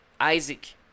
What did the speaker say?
Isaac